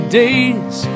days